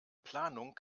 planung